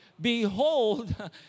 Behold